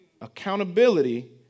Accountability